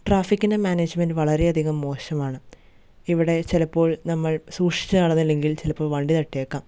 ട്രാഫിക്കിൻ്റെ management വളരെയധികം മോശമാണ് ഇവിടെ ചിലപ്പോൾ നമ്മൾ സൂക്ഷിച്ച് നടന്നില്ലെങ്കിൽ ചിലപ്പോൾ വണ്ടി തട്ടിയേക്കാം